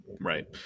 Right